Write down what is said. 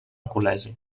col·legi